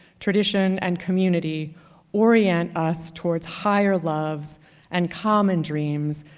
tradition, and community orient us towards higher loves and common dreams,